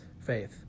faith